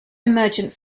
emergent